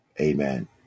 Amen